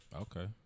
Okay